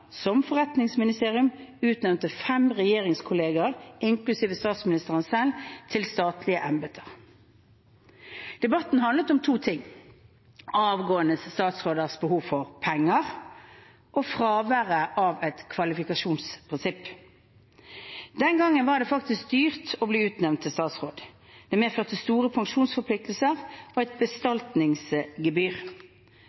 som forretningsministerium – utnevnte fem regjeringskollegaer, inklusive statsministeren selv, til statlige embeter. Debatten handlet om to ting: avgående statsråders behov for penger, og fraværet av et kvalifikasjonsprinsipp. Den gangen var det faktisk dyrt å bli utnevnt til statsråd. Det medførte store pensjonsforpliktelser og et